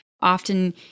Often